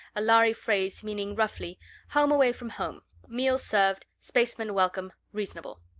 a lhari phrase meaning roughly home away from home meals served, spacemen welcome, reasonable.